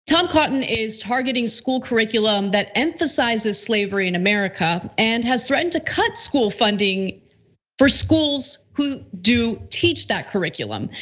tom cotton is targeting school curriculum that emphasizes slavery in america, and has threatened to cut school funding for schools who do teach that curriculum.